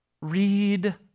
Read